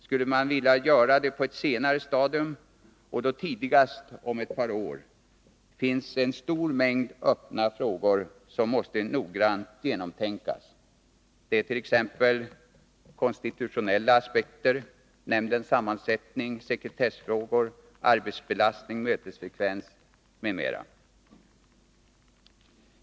Skulle man vilja göra detta på ett senare stadium, och då tidigast om ett par år, finns en stor mängd öppna frågor, som måste genomtänkas noggrant, t.ex. konstitutionella aspekter, nämndens sammansättning, sekretessfrågor, arbetsbelastning, mötesfrekvens m.m.